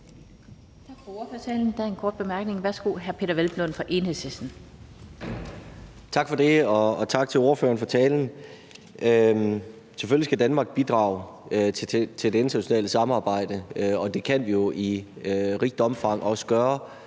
Tak for det. Og tak til ordføreren for talen. Selvfølgelig skal Danmark bidrage til det internationale samarbejde, og det kan vi jo i rigt omfang også gøre,